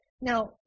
Now